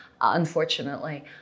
unfortunately